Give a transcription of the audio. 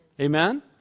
Amen